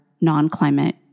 non-climate